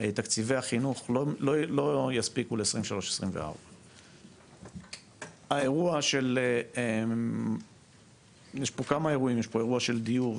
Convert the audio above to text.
תקציבי החינוך לא יספיקו לשנים 2023-2024. גם האירוע של החינוך וגם האירוע של הדיור,